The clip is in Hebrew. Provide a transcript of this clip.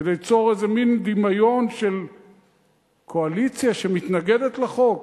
כדי ליצור איזה מין דמיון של קואליציה שמתנגדת לחוק?